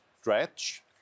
stretch